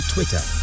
Twitter